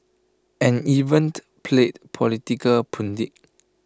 and evened played political pundit